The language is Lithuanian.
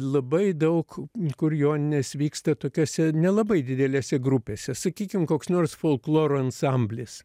labai daug kur joninės vyksta tokiose nelabai didelėse grupėse sakykim koks nors folkloro ansamblis